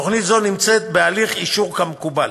תוכנית זו נמצאת בהליך אישור כמקובל.